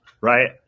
Right